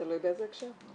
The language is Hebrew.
תלוי באיזה הקשר.